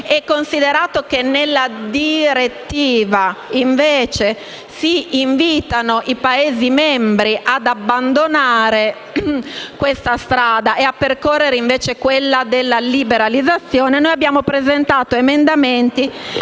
considerato che nella direttiva, invece, si invitano i Paesi membri ad abbandonare questa strada e a percorrere quella della liberalizzazione, abbiamo presentato alcuni emendamenti